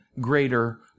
greater